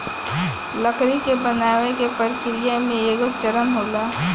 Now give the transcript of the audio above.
लकड़ी के बनावे के प्रक्रिया में एगो चरण होला